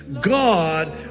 God